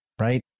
Right